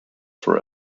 for